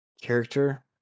character